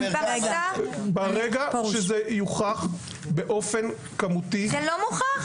ברגע שזה יוכח באופן כמותי --- זה לא מוכח?